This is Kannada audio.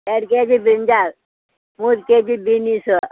ಎರಡು ಕೆ ಜಿ ಬ್ರಿಂಜಾಲ್ ಮೂರು ಕೆ ಜಿ ಬೀನಿಸು